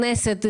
כנסת,